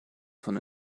von